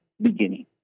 beginning